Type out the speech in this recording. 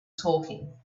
talking